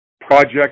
project